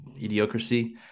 idiocracy